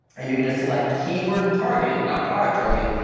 and you're going to select keyword targeting, not product targeting,